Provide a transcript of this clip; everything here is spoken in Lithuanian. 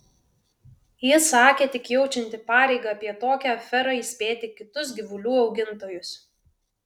ji sakė tik jaučianti pareigą apie tokią aferą įspėti kitus gyvulių augintojus